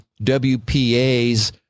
WPA's